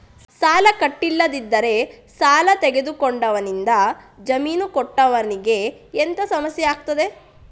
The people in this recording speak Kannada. ಸಾಲ ಕಟ್ಟಿಲ್ಲದಿದ್ದರೆ ಸಾಲ ತೆಗೆದುಕೊಂಡವನಿಂದ ಜಾಮೀನು ಕೊಟ್ಟವನಿಗೆ ಎಂತ ಸಮಸ್ಯೆ ಆಗ್ತದೆ?